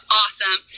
awesome